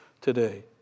today